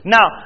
Now